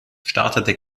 startete